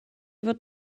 fod